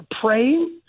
praying